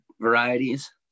varieties